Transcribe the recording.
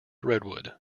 redwood